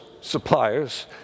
suppliers